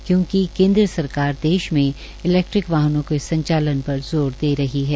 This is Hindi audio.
क्योंकि केन्द्र सरकार देश में इलैक्ट्रिक वाहनों के संचालन पर जोर दे रही है